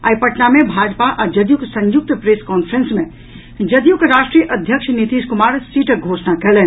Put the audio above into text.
आई पटना मे भाजपा आ जदयूक संयुक्त प्रेस कांफ्रेंस मे जदयूक राष्ट्रीय अध्यक्ष नीतीश कुमार सीटक घोषणा कयलनि